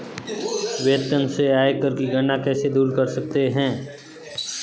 वेतन से आयकर की गणना कैसे दूर कर सकते है?